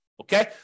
Okay